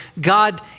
God